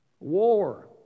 War